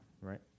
right